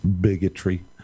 bigotry